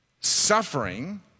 Suffering